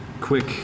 quick